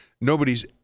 nobody's